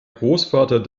großvater